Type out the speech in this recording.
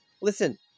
listen